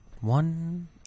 One